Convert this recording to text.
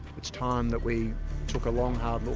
it's time that we took a long hard look.